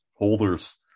holders